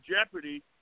jeopardy